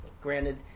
Granted